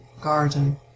garden